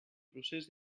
procés